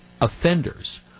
offenders